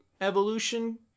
evolution